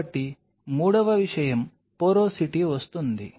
కాబట్టి మూడవ విషయం పోరోసిటీ వస్తుంది